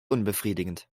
unbefriedigend